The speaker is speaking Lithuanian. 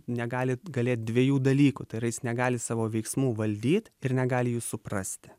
negali galėt dviejų dalykų tai yra jis negali savo veiksmų valdyt ir negali jų suprasti